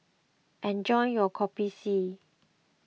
enjoy your Kopi C